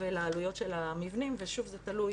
ולעלויות של המבנים, ושוב, זה תלוי